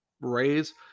raise